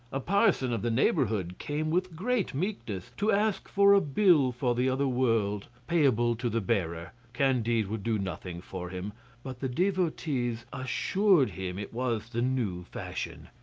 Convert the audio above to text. a parson of the neighborhood came with great meekness to ask for a bill for the other world payable to the bearer. candide would do nothing for him but the devotees assured him it was the new fashion.